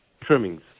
trimmings